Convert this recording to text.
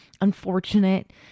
unfortunate